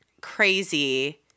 crazy